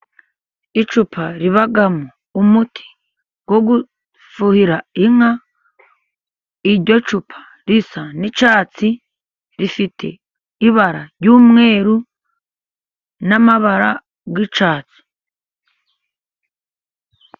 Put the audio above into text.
Icupa ribamo umuti wo gufuhira inka. Iryo cupa risa n'icyatsi, rifite ibara ry'umweru n'amabara y'icyatsi.